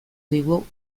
digu